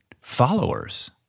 followers